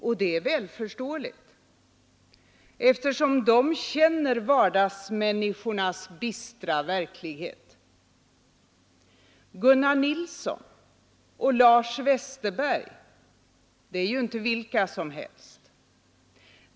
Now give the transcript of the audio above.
Och det är väl förståeligt, eftersom man där känner vardagsmänniskornas bistra verklighet. Gunnar Nilsson och Lars Westerberg är inte vilka som helst.